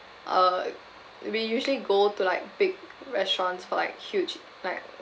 uh we usually go to like big restaurants for like huge like